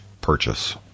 purchase